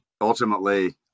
ultimately